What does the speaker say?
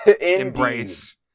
embrace